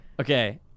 Okay